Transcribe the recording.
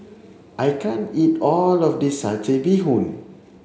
I can't eat all of this satay Bee Hoon